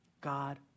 God